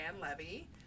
Levy